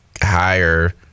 higher